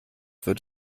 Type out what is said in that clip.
wird